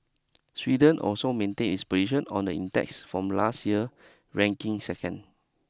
Sweden also maintain its position on the index from last year ranking second